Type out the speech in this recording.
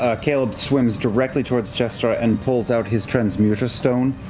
ah caleb swims directly towards jester and pulls out his transmuter stone,